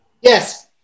Yes